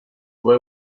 fue